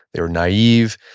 they were naive.